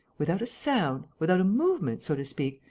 without a sound, without a movement so to speak,